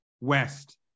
west